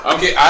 Okay